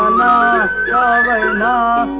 um la la